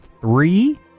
three